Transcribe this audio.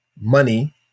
money